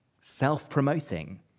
self-promoting